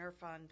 Fund